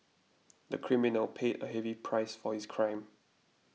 the criminal paid a heavy price for his crime